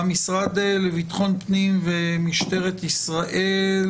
מהמשרד לביטחון פנים ומשטרת ישראל,